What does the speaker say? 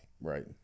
right